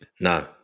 No